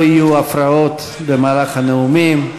לא יהיו הפרעות במהלך הנאומים.